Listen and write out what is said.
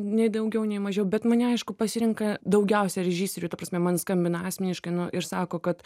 nei daugiau nei mažiau bet mane aišku pasirenka daugiausia režisierių ta prasme man skambina asmeniškai nu ir sako kad